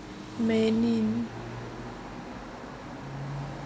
many